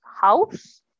house